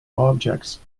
objects